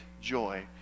joy